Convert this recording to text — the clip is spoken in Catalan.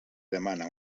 demana